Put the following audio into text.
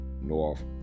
North